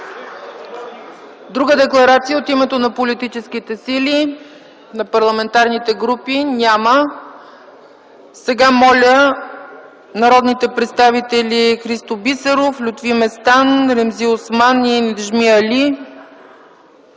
Друга декларация от името на политически сили, на парламентарни групи няма. Сега моля народните представители Христо Бисеров, Лютви Местан, Ремзи Осман и Неджми Али,